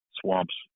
swamps